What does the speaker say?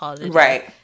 Right